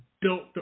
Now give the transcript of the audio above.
built